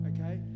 Okay